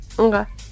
Okay